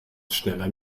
schneller